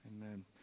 amen